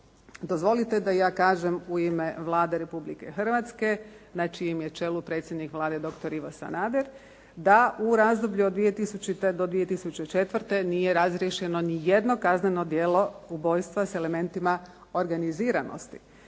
dozvolite da ja kažem u ime Vlade Republike Hrvatske na čijem je čelu predsjednik Vlade doktor Ivo Sanader da u razdoblju od 2000. do 2004. nije razriješeno ni jedno kazneno djelo ubojstva s elementima organiziranosti.